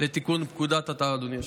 לתיקון פקודת התעבורה של